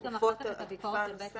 יש אחר כך גם את הביקורת של בית המשפט,